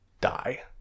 die